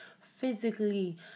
physically